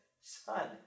son